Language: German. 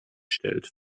stellt